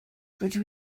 rydw